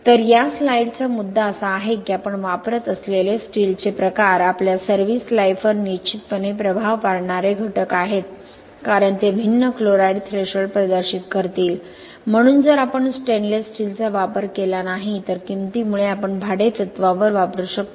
तर या स्लाइडचा मुद्दा असा आहे की आपण वापरत असलेले स्टीलचे प्रकार आपल्या सर्व्हिस लाईफवर निश्चितपणे प्रभाव पाडणारे घटक आहेत कारण ते भिन्न क्लोराईड थ्रेशोल्ड प्रदर्शित करतील म्हणून जर आपण स्टेनलेस स्टीलचा वापर केला नाही तर किंमतीमुळे आपण भाडेतत्त्वावर वापरू शकतो